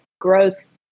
gross